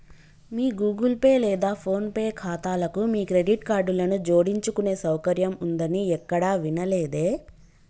మీ Google Pay లేదా PhonePe ఖాతాలకు మీ క్రెడిట్ కార్డులను జోడించుకునే సౌకర్యం ఉందని ఎక్కడా వినలేదే